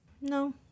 No